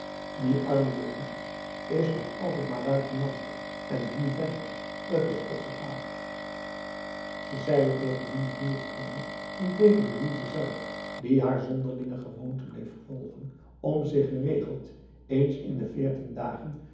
die arme louis is nog altijd maar luitenant en die vent t is god geklaagd ze zei het tegen niemand meer of minder dan tegen louise zelf die haar zonderlinge gewoonte bleef volgen om zich geregeld eens in de veertien dagen